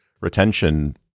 retention